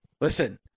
listen